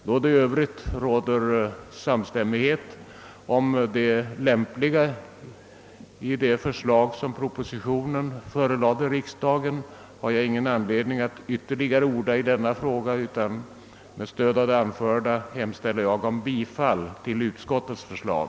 Då det i övrigt råder samstämmighet om det lämpliga i de förslag som ge nom propositionen förelagts riksdagen, har jag ingen anledning att ytterligare orda i denna fråga. Med stöd av det anförda hemställer jag om bifall till utskottets förslag.